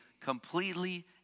completely